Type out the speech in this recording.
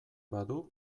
badu